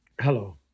Hello